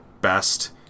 best